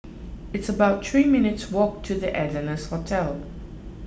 it's about three minutes' walk to the Ardennes Hotel